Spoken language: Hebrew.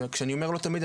כאשר אני אומר לא תמיד,